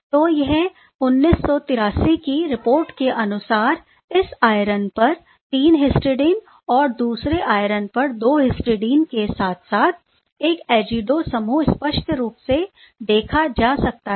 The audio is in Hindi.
तो यह इस 1983 की रिपोर्ट के अनुसार इस आयरन पर 3 हिस्टिडाइन और इस दूसरे आयरन पर 2 हिस्टिडीन के साथ साथ एक एजिडो समूह स्पष्ट रूप से देखा जा सकता हैं